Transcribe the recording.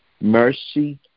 mercy